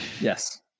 Yes